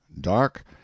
dark